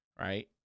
right